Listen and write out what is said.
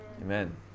Amen